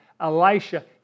Elisha